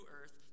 earth